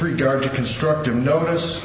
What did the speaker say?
regard to constructive notice